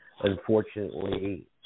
unfortunately